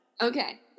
Okay